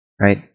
right